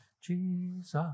Jesus